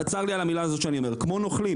צר לי על המילה הזאת שאני אומר כמו נוכלים.